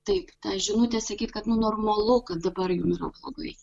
taip ta žinutė sakyt kad nu normalu kad dabar jum yra blogai